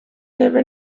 never